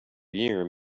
year